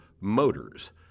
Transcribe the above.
motors